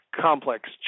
complex